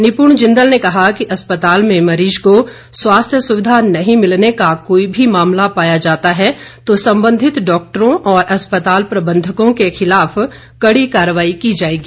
निपुण जिंदल ने कहा कि अस्पताल में मरीज़ को स्वास्थ्य सुविधा नहीं मिलने का कोई भी मामला पाया जाता है तो संबंधित डॉक्टरों और अस्पताल प्रबंधकों के खिलाफ कड़ी कार्रवाई की जाएगी